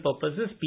purposes